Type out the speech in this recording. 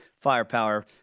firepower